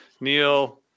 Neil